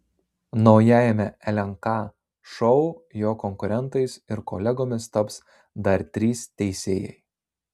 naujajame lnk šou jo konkurentais ir kolegomis taps dar trys teisėjai